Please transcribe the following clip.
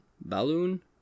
Balloon